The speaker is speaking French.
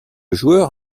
joueur